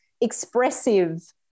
expressive